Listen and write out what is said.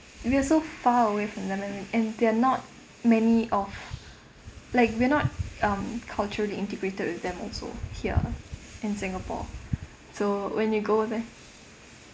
we're so far away from them and and they're not many of like we're not um culturally integrated with them also here in singapore so when you go there